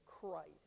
Christ